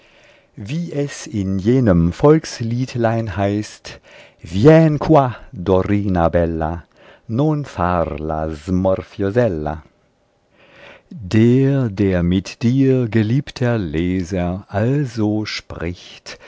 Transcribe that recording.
wie es in jenem volksliedlein heißt vien qu dorina bella non far la smorfiosella der der mit dir geliebter leser also spricht